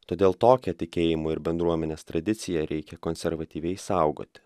todėl tokią tikėjimo ir bendruomenės tradiciją reikia konservatyviai saugoti